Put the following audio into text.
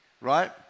Right